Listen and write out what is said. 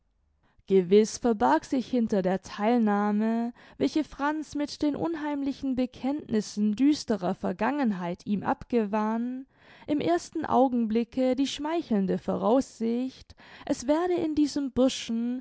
gewiß verbarg sich hinter die theilnahme welche franz mit den unheimlichen bekenntnissen düsterer vergangenheit ihm abgewann im ersten augenblicke die schmeichelnde voraussicht es werde in diesem burschen